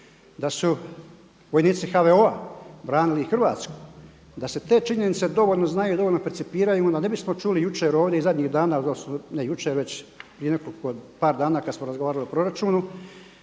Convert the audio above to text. Da su vojnici HVO-a branili Hrvatsku, da se te činjenice dovoljno znaju i dovoljno percipiraju onda ne bismo čuli jučer ovdje i zadnjih dana da su, ne jučer nego prije nekoliko par dana kad smo razgovarali o proračunu